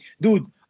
dude